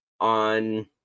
on